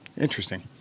Interesting